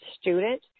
student